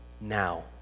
now